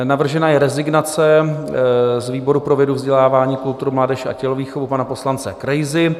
Navržena je rezignace z výboru pro vědu, vzdělání, kulturu, mládež a tělovýchovu pana poslance Krejzy.